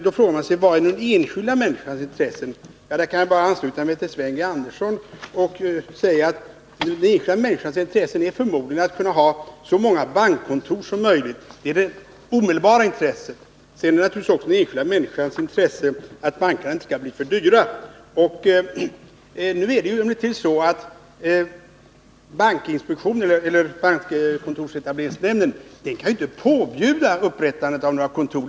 Då frågar man sig: Vilka är den enskilda människans intressen? Jag kan bara ansluta mig till Sven Andersson och säga att den enskilda människans intresse är förmodligen att ha så många bankkontor som möjligt. Det är det omedelbara intresset. Sedan är det naturligtvis också i den enskilda människans intresse att bankerna inte skall bli för dyra. Emellertid kan nämnden för bankkontorsetablering inte påbjuda upprättandet av några kontor.